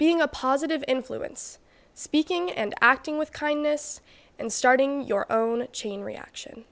being a positive influence speaking and acting with kindness and starting your own chain reaction